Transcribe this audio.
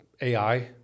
AI